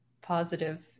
positive